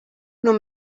nur